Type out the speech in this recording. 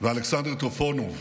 ואלכסנדר טרופנוב.